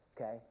Okay